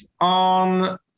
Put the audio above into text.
on